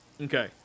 Okay